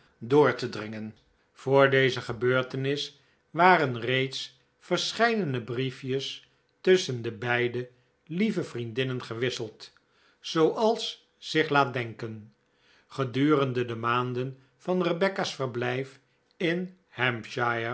door te drlngen voor deze gebeurtenis waren reeds verscheidene brief jes tusschen de beide lieve vriendinnen gewisseld zooals zich laat denken gedurende de maanden van rebecca's verblijf in